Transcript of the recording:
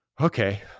okay